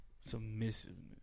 Submissiveness